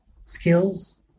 skills